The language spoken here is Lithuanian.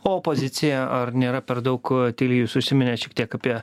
o opozicija ar nėra per daug tyli jūs užsiminėt šiek tiek apie